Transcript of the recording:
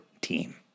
team